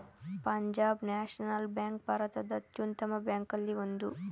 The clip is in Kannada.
ಪಂಜಾಬ್ ನ್ಯಾಷನಲ್ ಬ್ಯಾಂಕ್ ಭಾರತದ ಅತ್ಯುತ್ತಮ ಬ್ಯಾಂಕಲ್ಲಿ ಒಂದು